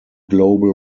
global